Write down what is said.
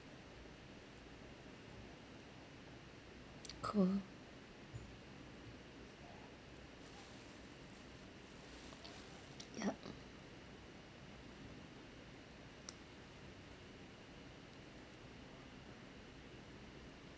cool ya